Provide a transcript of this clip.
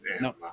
no